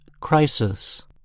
crisis